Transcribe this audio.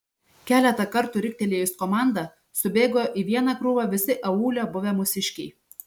keletą kartų riktelėjus komandą subėgo į vieną krūvą visi aūle buvę mūsiškiai